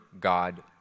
God